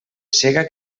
sega